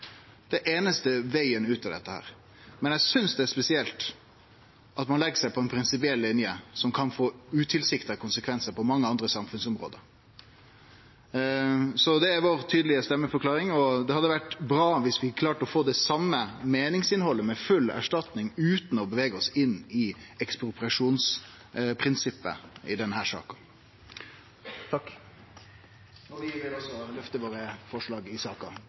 Det er den einaste vegen ut av dette. Men eg synest det er spesielt at ein legg seg på ei prinsipiell linje som kan få utilsikta konsekvensar på mange andre samfunnsområde. Det er vår tydelege stemmeforklaring. Det hadde vore bra om vi hadde klart å få det same meiningsinnhaldet, med full erstatning, utan å bevege oss inn i ekspropriasjonsprinsippet i denne saka. Vi vil også ta opp vårt forslag i saka,